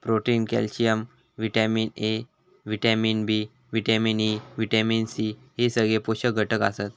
protein, calcium, vitamin A, vitamin B, vitamin E, vitamin C हे सगळे पोषक घटक आसत